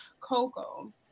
Coco